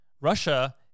Russia